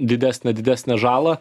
didesnę didesnę žalą